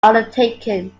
undertaken